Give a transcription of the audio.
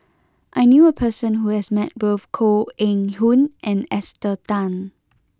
I knew a person who has met both Koh Eng Hoon and Esther Tan